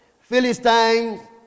Philistines